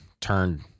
turned